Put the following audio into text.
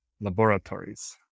laboratories